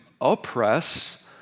oppress